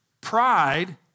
Pride